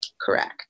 Correct